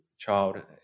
child